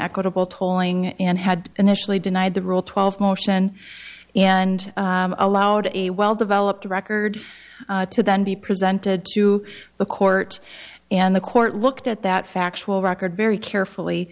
equitable tolling and had initially denied the rule twelve motion and allowed a well developed record to then be presented to the court and the court looked at that factual record very carefully